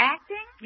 Acting